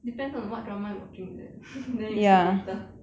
depends on what drama you watching is it then you sleep later